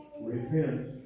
Repent